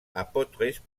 apôtre